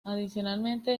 adicionalmente